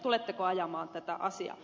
tuletteko ajamaan tätä asiaa